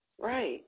right